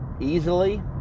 easily